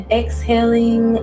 exhaling